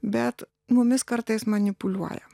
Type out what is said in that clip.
bet mumis kartais manipuliuoja